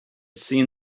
seen